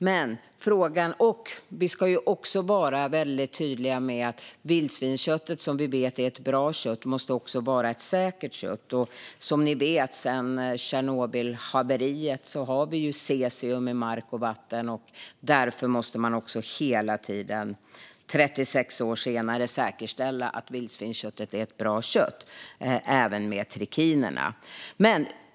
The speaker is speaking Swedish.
Men vi ska vara tydliga med att vildsvinsköttet, som vi vet är ett bra kött, också måste vara ett säkert kött. Som ni vet har vi sedan Tjernobylhaveriet cesium i mark och vatten. Därför måste man hela tiden, 36 år senare, säkerställa att vildsvinsköttet är ett bra kött. Det gäller även med trikiner.